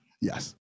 Yes